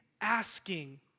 asking